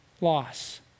loss